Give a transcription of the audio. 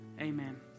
Amen